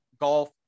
golf